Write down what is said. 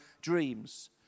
dreams